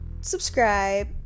subscribe